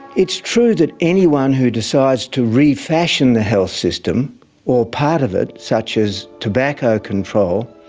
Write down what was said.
it's true that anyone who decides to refashion the health system or part of it, such as tobacco control,